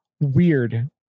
weird